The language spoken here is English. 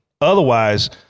Otherwise